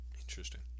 Interesting